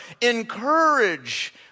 encourage